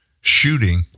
shooting